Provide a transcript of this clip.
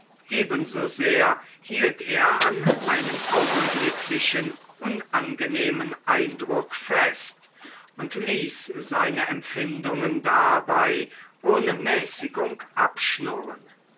ebensosehr hielt er an einem augenblicklichen unangenehmen eindruck fest und ließ seine empfindungen dabei ohne mäßigung abschnurren